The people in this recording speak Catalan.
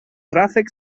ràfecs